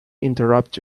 interrupt